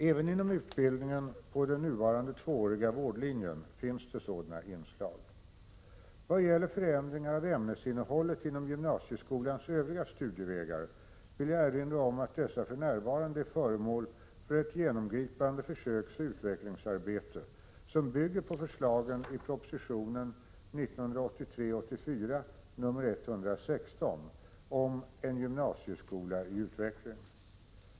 Även inom utbildningen på den nuvarande tvååriga vårdlinjen finns det sådana inslag. Vad gäller förändringar av ämnesinnehållet inom gymnasieskolans övriga studievägar vill jag erinra om att dessa för närvarande är föremål för ett genomgripande försöksoch utvecklingsarbete, som bygger på förslagen i propositionen om en gymnasieskola i utveckling.